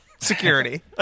Security